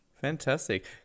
fantastic